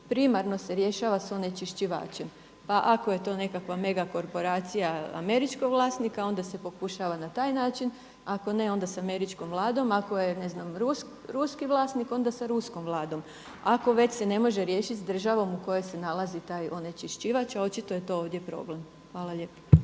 primarno se rješava sa onečišćivačem. Pa ako je to nekakva mega korporacija američkog vlasnika onda se pokušava na taj način, ako ne, onda sa američkom Vladom. Ako je ne znam ruski vlasnik, onda sa ruskom Vladom. Ako već se ne može riješiti sa državom u kojoj se nalazi taj onečišćivač a očito je to ovdje problem. Hvala lijepo.